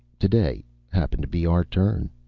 today happened to be our turn.